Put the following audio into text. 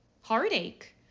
heartache